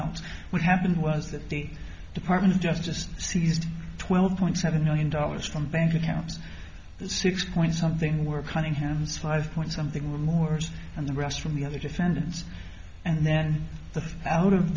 else what happened was that the department of justice seized twelve point seven million dollars from bank accounts six point something worth cunningham's five point something remorse and the rest from the other defendants and then the out of